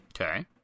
Okay